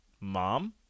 mom